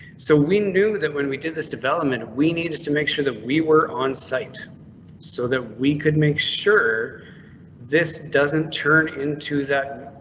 so we knew that when we did this development, we needed to make sure that we were on site so that we could make sure this doesn't turn into that.